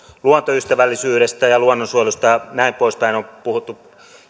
luontoystävällisyydestä ja luonnonsuojelusta ja näin poispäin on puhuttu